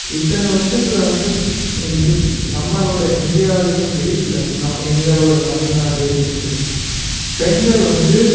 இத்தனை வருஷத்தில் வந்து இந் நம்மளோடய இந்தியாவிலையும் சரி இல்லை நம்ம எங்களோடய தமிழ் நாட்லையும் சரி பெண்கள் வந்து